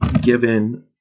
given